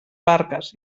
barques